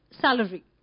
Salary